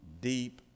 deep